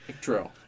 True